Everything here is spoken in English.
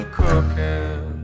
cooking